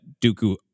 Dooku